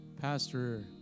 Pastor